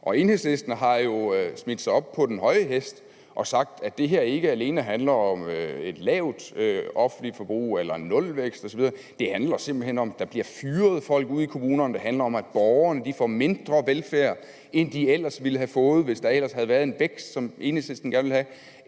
Og Enhedslisten har jo sat sig op på den høje hest og sagt, at det her ikke alene handler om et lavt offentlig forbrug, nulvækst osv., men at det simpelt hen handler om, at der bliver fyret folk ude i kommunerne, at borgerne får mindre velfærd, end de ville have fået, hvis der ellers havde været en vækst, som Enhedslisten gerne ville have,